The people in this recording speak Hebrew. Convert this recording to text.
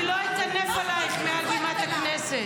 אני לא אטנף עליך מעל בימת הכנסת.